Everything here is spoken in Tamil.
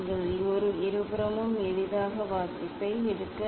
நீங்கள் இருபுறமும் எளிதாக வாசிப்பை எடுக்க முடியும்